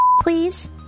please